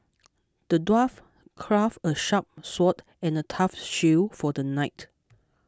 the dwarf crafted a sharp sword and a tough shield for the knight